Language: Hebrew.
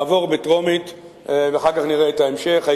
יעבור בקריאה טרומית ואחר כך נראה את ההמשך.